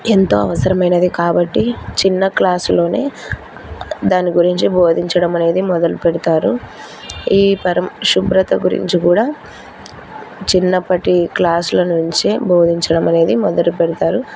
ఎంతో అవసరమైనది కాబట్టి చిన్న క్లాసులోనే దాని గురించి బోధించడం అనేది మొదలు పెడతారు ఈ పరిశుభ్రత గురించి కూడా చిన్నప్పటి క్లాసుల నుంచే బోధించడం అనేది మొదలు పెడతారు